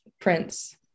prince